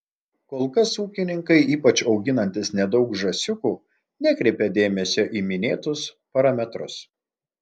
kol kas ūkininkai ypač auginantys nedaug žąsiukų nekreipia dėmesio į minėtus parametrus